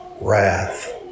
wrath